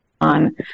On